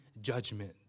judgment